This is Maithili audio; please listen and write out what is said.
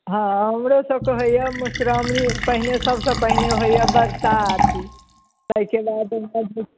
हँ हमरो सभकऽ होइया मधुश्राओणी पहिने सभसँ पहिने होइया बरसाति तहिके बाद